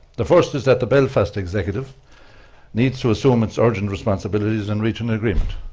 the first is that the belfast executive needs to assume its urgent responsibilities and reach an agreement.